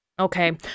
Okay